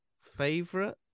favorite